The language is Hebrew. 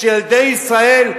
של ילדי ישראל,